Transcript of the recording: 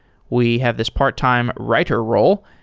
we have this part-time writer role,